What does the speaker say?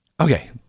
okay